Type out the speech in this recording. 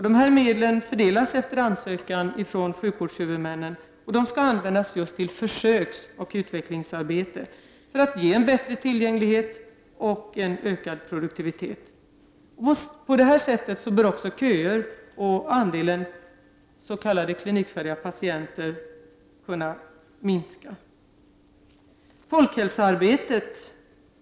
Medlen, som fördelas efter ansökan från sjukvårdshuvudmännen, skall användas för just försöksoch utvecklingsarbete för att skapa en bättre tillgänglighet och en ökning av produktiviteten. På detta sätt bör också köerna och andelen s.k. klinikfärdiga patienter kunna minska.